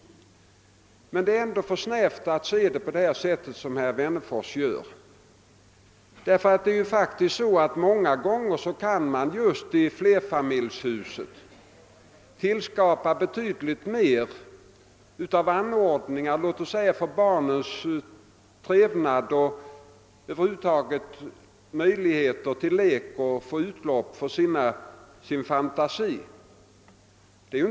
Men det är ändå för snävt att se saken på det sätt som herr Wennerfors gör. I områden med flerfamiljshus kan man ofta tillskapa betydligt mer av anordningar för barnens trevnad och över huvud taget av möjligheter för dem att leka och få utlopp för sin fantasi.